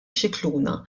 scicluna